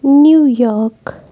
New York